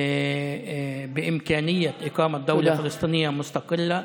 באפשרות להקים מדינה פלסטינית עצמאית.